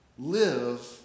live